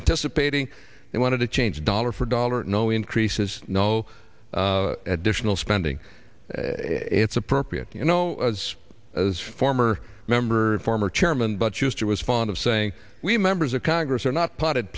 anticipating they wanted to change dollar for dollar no increases no additional spending it's appropriate you know as former member former chairman but used to was fond of saying we members of congress are not potted